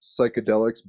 psychedelics